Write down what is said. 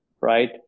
right